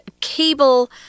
cable